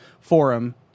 forum